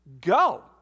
Go